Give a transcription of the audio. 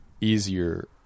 easier